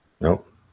Nope